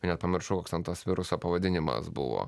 net pamiršau koks ten tas viruso pavadinimas buvo